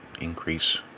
increase